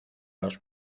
los